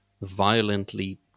violently